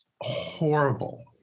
horrible